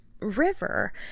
river